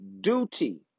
duty